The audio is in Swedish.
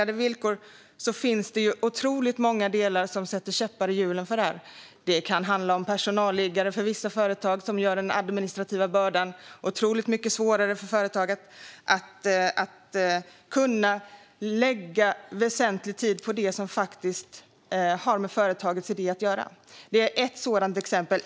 Det finns dock mycket som sätter käppar i hjulet, till exempel att personalliggare gör den administrativa bördan tyngre för vissa företag och försvårar för dem att lägga viktig tid på det som har med företagets idé att göra. Det är ett exempel.